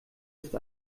ist